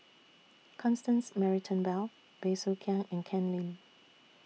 Constance Mary Turnbull Bey Soo Khiang and Ken Lim